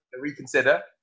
reconsider